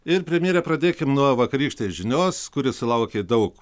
ir premjere pradėkim nuo vakarykštės žinios kuri sulaukė daug